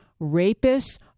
rapists